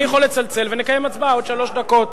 אני יכול לצלצל ונקיים הצבעה בעוד שלוש דקות.